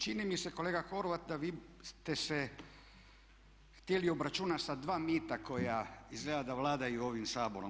Čini mi se kolega Horvat da vi ste se htjeli obračunati sa dva mita koja izgleda da vladaju ovim Saborom.